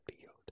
field